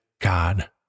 God